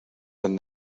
than